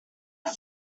are